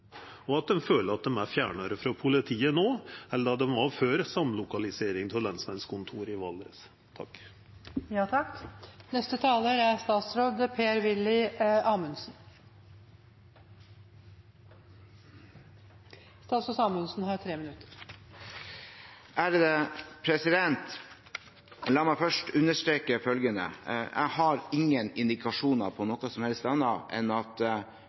og absolutt ikkje populistar når dei no opplever at § 1 i politilova ikkje varetek deira interesser. Dei føler at dei er fjernare frå politiet no enn det dei var før samlokaliseringa av lensmannskontoret i Valdres. La meg først understreke følgende: Jeg har ingen indikasjoner på noe som helst annet enn at